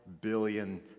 billion